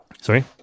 Sorry